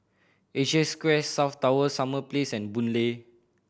Asia Square South Tower Summer Place and Boon Lay